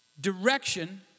Direction